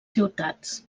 ciutats